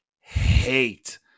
hate